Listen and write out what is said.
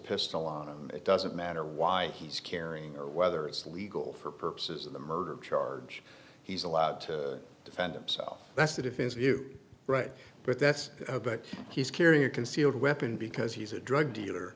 pistol out and it doesn't matter why he's carrying or whether it's legal for purposes of the murder charge he's allowed to defend himself that's the defense view right but that's but he's carrying a concealed weapon because he's a drug dealer